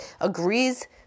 agrees